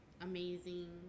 amazing